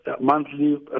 monthly